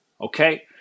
Okay